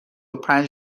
پنج